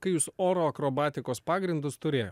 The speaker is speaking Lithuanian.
kai jūs oro akrobatikos pagrindus turėjo